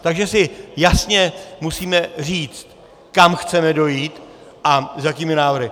Takže si jasně musíme říct, kam chceme dojít a s jakými návrhy.